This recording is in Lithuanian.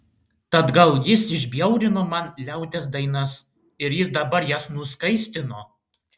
tad gal jis išbjaurino man liaudies dainas ir jis dabar jas nuskaistino